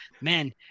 man